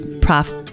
prof